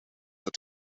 het